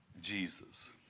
Jesus